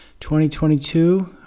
2022